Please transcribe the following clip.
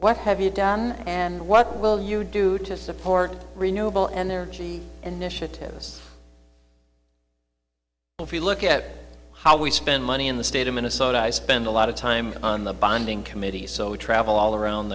what have you done and what will you do to support renewable energy initiatives if you look at how we spend money in the state of minnesota i spend a lot of time on the bonding committee so we travel all around